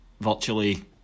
virtually